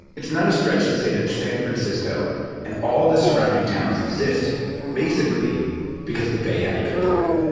it's not a stretch to say that san francisco and all the surrounding towns exist basically because the bay had a good port.